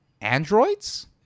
Androids